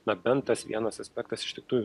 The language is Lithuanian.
na bent tas vienas aspektas iš tikrųjų